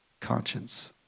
conscience